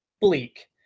bleak